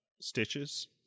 stitches